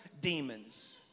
demons